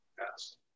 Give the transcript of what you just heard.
Yes